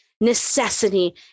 necessity